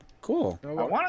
cool